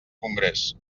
congrés